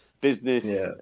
business